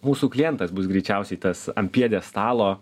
mūsų klientas bus greičiausiai tas ant pjedestalo